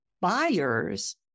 Buyers